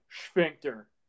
sphincter